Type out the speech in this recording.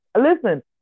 listen